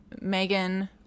Megan